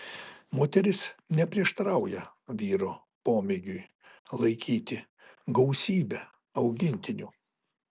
moteris neprieštarauja vyro pomėgiui laikyti gausybę augintinių